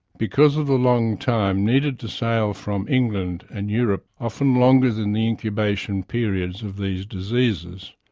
because of the long time needed to sail from england and europe, often longer than the incubation periods of these diseases,